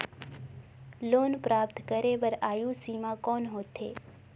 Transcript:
Loan प्राप्त करे बर आयु सीमा कौन होथे?